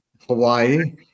Hawaii